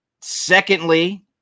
Secondly